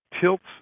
tilts